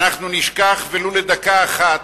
אנחנו נשכח, ולו לדקה אחת,